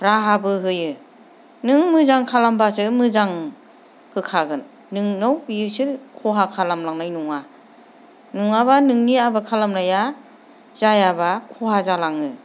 राहाबो होयो नों मोजां खालामब्लासो मोजां होखागोन नोंनाव बिसोर खहा खालामलांनाय नङा नङाब्ला नोंनि आबाद खालामनाया जायाब्ला खहा जालाङो